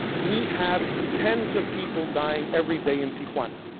we have tens of people dying every day in tijuana.